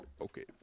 okay